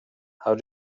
how